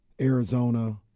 Arizona